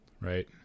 right